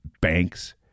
banks